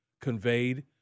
conveyed